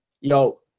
Yo